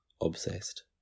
obsessed